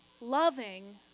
loving